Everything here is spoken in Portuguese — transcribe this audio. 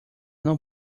não